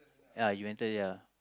ya you enter already ah